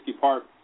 Park